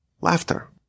laughter